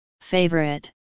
Favorite